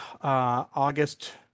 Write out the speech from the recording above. August